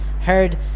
heard